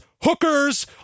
hookers